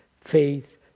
faith